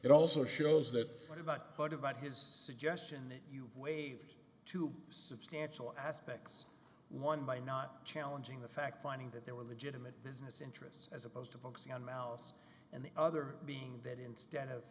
it also shows that what about what about his suggestion that you've waived two substantial aspects one by not challenging the fact finding that there were legitimate business interests as opposed to focusing on malice and the other being that instead of